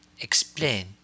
Explain